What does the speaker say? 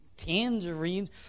tangerines